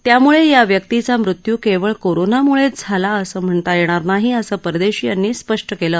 त्यामुळे या व्यक्तीचा मृत्यू केवळ कोरोनामुळेच झाला असं म्हणता येणार नाहीअसं परदेशी यांनी स्पष्ट केलं